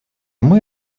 мой